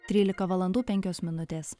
trylika valandų penkios minutės